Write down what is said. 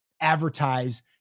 advertise